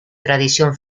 tradición